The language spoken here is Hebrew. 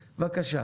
בבקשה.